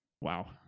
Wow